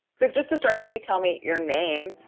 so just to start, can you tell me your name?